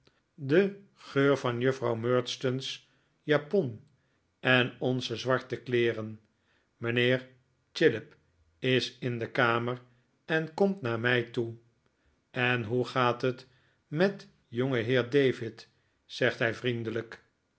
de geur van juffrouw murdstone's japon en onze zwarte kleeren mijnheer chillip is in de kamer en komt naar mij toe en hoe gaat het met jongeheer david zegt hij vriendelijk